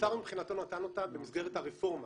האוצר מבחינתנו נתן אותם במסגרת הרפורמה